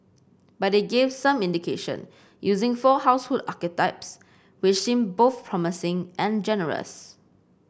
but it gave some indication using four household archetypes which seem both promising and generous